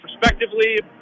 respectively